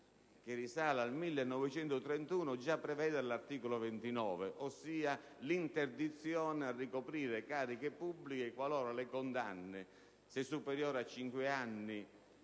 (che risale al 1931) all'articolo 29, ossia l'interdizione a ricoprire cariche pubbliche (per condanne superiori a cinque anni